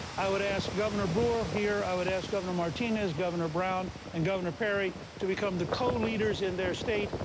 i would ask governor brewer here, i would ask governor martinez, governor brown, and governor perry to become the co-leaders in their state.